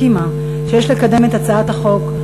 הסכימה שיש לקדם את הצעת החוק,